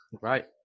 Right